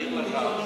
להעיר לך,